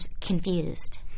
confused